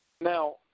Now